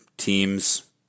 teams